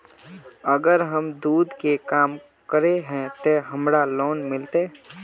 अगर हम दूध के काम करे है ते हमरा लोन मिलते?